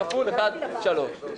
1 כפול 1.388 מיליון שקל.